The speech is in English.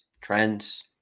trends